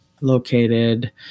located